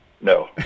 No